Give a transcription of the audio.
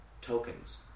tokens